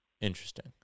Interesting